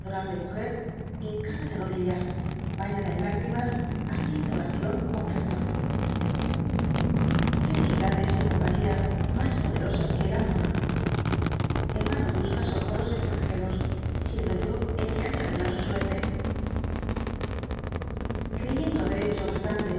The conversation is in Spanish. adorable múger hincada de rodillas bañada en lágrimas haciendo oración con fervor quó deidades invocaría mas poderosas que el amor en vano busca socorros extrangeros siendo yo el que ha de arreglar su suerte creyendo haber echo bastante